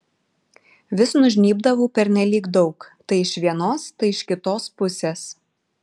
vis nužnybdavau pernelyg daug tai iš vienos tai iš kitos pusės